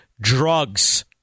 drugs